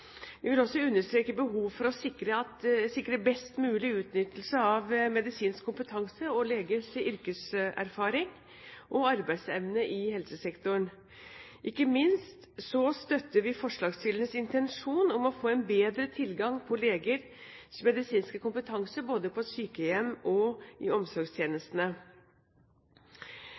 vil også understreke behovet for å sikre best mulig utnyttelse av medisinsk kompetanse, legers yrkeserfaring og arbeidsevne i helsesektoren. Ikke minst støtter vi forslagsstillernes intensjon om å få bedre tilgang til legers medisinske kompetanse, både på sykehjem og i omsorgstjenestene.